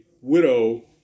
widow